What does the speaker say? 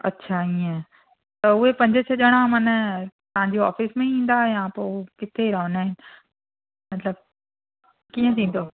अछा इएं त उहे पंज छह ॼणा माना तव्हांजे ऑफ़िस में ई ईंदा पोइ किथे रहंदा आहिनि मतलबु कीअं थींदो